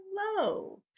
hello